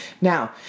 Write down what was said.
Now